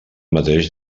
mateix